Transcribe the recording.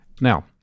Now